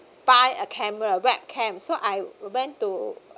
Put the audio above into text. buy a camera webcam so I went to